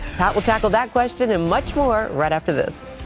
pat will tackle that question and much more right after this.